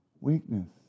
weakness